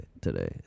today